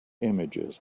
images